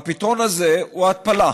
והפתרון הזה הוא התפלה.